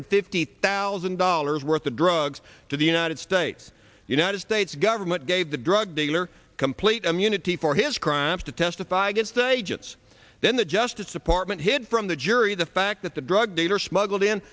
fifty thousand dollars worth of drugs to the united states united states government gave the drug dealer complete immunity for his crimes to testify against the agents then the justice department hid from the jury the fact that the drug dealer smuggled in